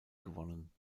gewonnen